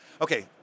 okay